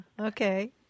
Okay